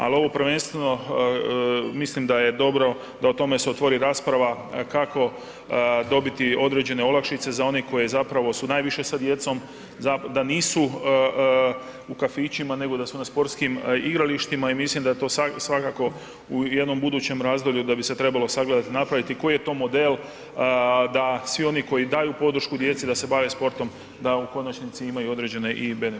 Ali prvenstveno mislim da je dobro da o tome se otvori rasprava kako dobiti određene olakšice za one koji su najviše sa djecom, da nisu u kafićima nego da su u sportskim igralištima i mislim da to svakako u jednom budućem razdoblju da bi se trebalo sagledati, napraviti koji je to model da svi oni koji daju podršku djeci da se bave sportom, da u konačnici imaju određene i benefite.